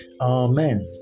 Amen